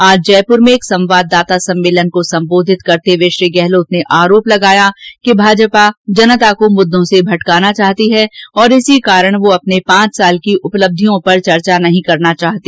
आज जयपुर में एक संवाददाता सम्मेलन को संबोधित करते हुए श्री गहलोत ने आरोप लगाया कि माजपा जनता को मुद्दों से भटकाना चाहती है और इसी कारण वह अपने पांच साल की उपब्धियों पर चर्चा नहीं करना चाहती